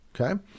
okay